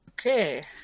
Okay